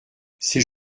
c’est